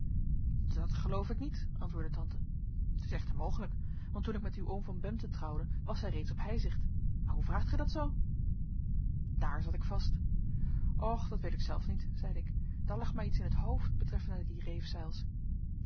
dat geloof ik niet antwoordde tante het is echter mogelijk want toen ik met uw oom van bempden trouwde was zij reeds op heizicht maar hoe vraagt gij dat zoo daar zat ik vast och dat weet ik zelf niet zeide ik daar lag mij iets in t hoofd betreffende die